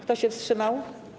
Kto się wstrzymał?